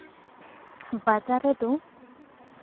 ᱵᱟᱡᱟᱨ ᱨᱮᱫᱚ